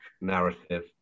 narrative